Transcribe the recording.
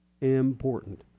important